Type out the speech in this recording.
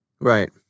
Right